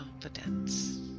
confidence